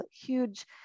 huge